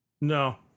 No